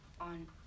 on